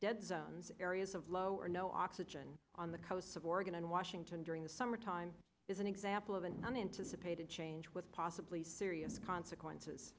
dead zones areas of low or no oxygen on the coasts of oregon and washington during the summertime is an example of an unanticipated change with possibly serious consequences